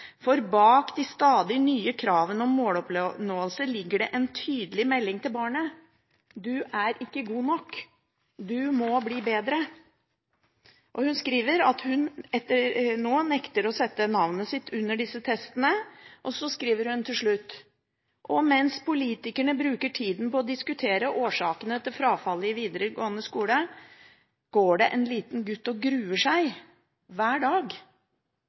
For bak de stadig nye kravene til måloppnåelse ligger det en tydelig melding til barnet: Du er ikke god nok. Du må bli bedre.» Hun skriver at hun nå nekter å sette navnet sitt under disse testene, og så skriver hun til slutt: «Og mens politikere bruker tiden på å diskutere årsakene til frafallet i den videregående skole går en liten gutt til skolen og gruer seg. Hver eneste dag.»